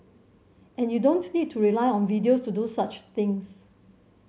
and you don't need to rely on videos to do such things